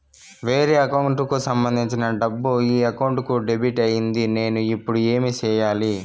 వేరే అకౌంట్ కు సంబంధించిన డబ్బు ఈ అకౌంట్ కు డెబిట్ అయింది నేను ఇప్పుడు ఏమి సేయాలి